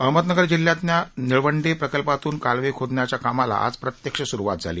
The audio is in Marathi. अहमदनगर जिल्ह्यातल्या निळवंडे प्रकल्पातून कालवे खोदण्याच्या कामाला आज प्रत्यक्ष सुरुवात झाली